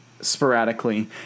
sporadically